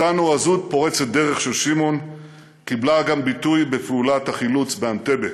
אותה נועזות פורצת דרך של שמעון קיבלה גם ביטוי בפעולת החילוץ באנטבה.